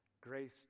Grace